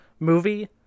movie